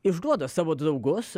išduoda savo draugus